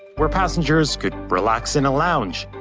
where passengers could relax in a lounge,